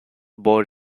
born